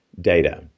data